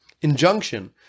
injunction